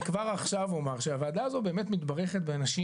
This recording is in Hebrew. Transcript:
אני כבר עכשיו אומר שהוועדה הזו באמת מתברכת באנשים